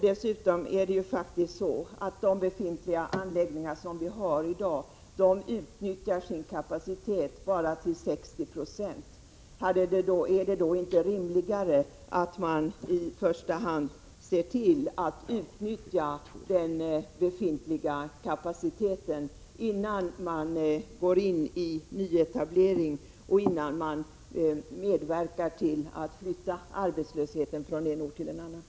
Dessutom utnyttjar de befintliga anläggningarna i dag sin kapacitet till bara 60 96. Är det då inte rimligare att i första hand se till att utnyttja den befintliga kapaciteten, innan man går in i nyetableringar och medverkar till att flytta arbetslöshet från en ort till en annan?